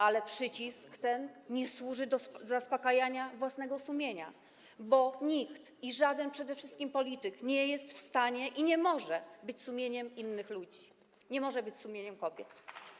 Ale przycisk ten nie służy do uspokojenia własnego sumienia, bo nikt, a przede wszystkim żaden polityk, nie jest w stanie ani nie może być sumieniem innych ludzi, nie może być sumieniem kobiet.